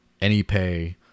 AnyPay